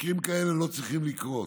מקרים כאלה לא צריכים לקרות.